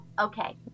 okay